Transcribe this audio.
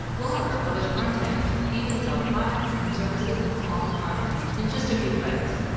blog or publish content, even sell products and services of all kinds, in just a few clicks.